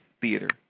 theater